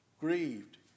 grieved